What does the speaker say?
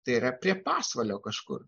tai yra prie pasvalio kažkur